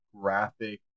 graphic